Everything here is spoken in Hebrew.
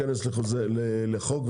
סמנכ"ל רגולציה,